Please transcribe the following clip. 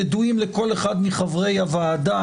ידועים לכל אחד מחברי הוועדה.